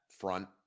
front